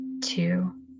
two